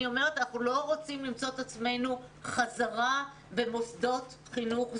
אנחנו לא רוצים למצוא את עצמנו חזרה עם מוסדות חינוך סגורים,